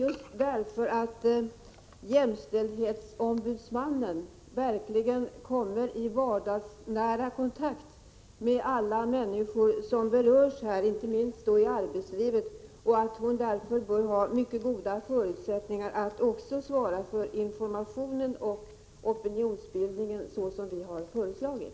Men jämställdhetsombudsmannen kommer verkligen i vardagsnära kontakt med alla människor som berörs, inte minst i arbetslivet, och hon bör därför ha mycket goda förutsättningar att också svara för informationen och opinionsbildningen, såsom vi har föreslagit.